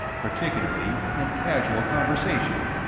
particularly in casual conversation.